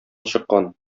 чыккан